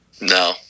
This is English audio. No